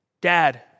Dad